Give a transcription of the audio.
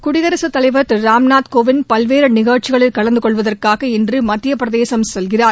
குடியரசுத் தலைவா் திரு ராம்நாத்கோவிந்த் பல்வேறு நிகழ்ச்சிகளில் கலந்து கொள்வதற்காக இன்று மத்திய பிரதேசம் செல்கிறார்